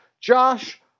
Josh